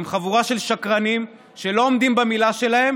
הם חבורה של שקרנים שלא עומדים במילה שלהם